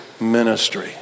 ministry